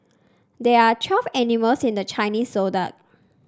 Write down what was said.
there are twelve animals in the Chinese Zodiac